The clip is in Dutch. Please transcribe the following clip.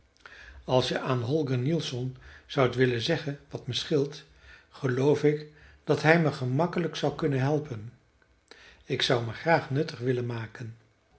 als je aan holger nielsson zoudt willen zeggen wat me scheelt geloof ik dat hij me gemakkelijk zou kunnen helpen ik zou me graag nuttig willen maken